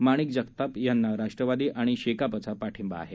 माणिक जगताप यांना राष्ट्रवादी आणि शेकापचा पाठिंबा आहे